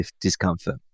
discomfort